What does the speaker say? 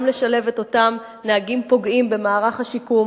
גם לשלב את אותם נהגים פוגעים במערך השיקום